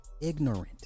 ignorant